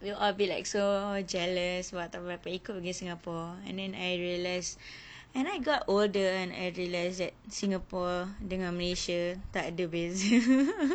we'll all be like so jealous !wah! tak dapat ikut pergi singapore and then I realize and I got older and I realised that singapore dengan malaysia takde beza